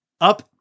up